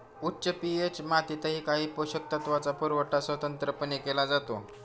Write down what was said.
उच्च पी.एच मातीतही काही पोषक तत्वांचा पुरवठा स्वतंत्रपणे केला जातो